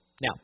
Now